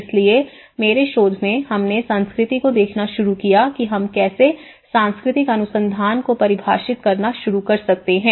इसलिए मेरे शोध में हमने संस्कृति को देखना शुरू किया कि हम कैसे सांस्कृतिक अनुसंधान को परिभाषित करना शुरू कर सकते हैं